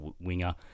winger